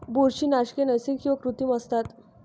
बुरशीनाशके नैसर्गिक किंवा कृत्रिम असतात